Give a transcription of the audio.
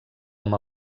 amb